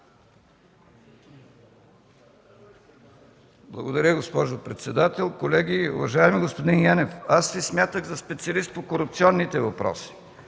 Благодаря, госпожо председател. Колеги! Уважаеми господин Янев, смятах Ви за специалист по корупционните въпроси,